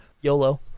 YOLO